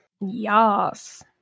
Yes